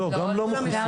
לא, גם לא מחוסנים.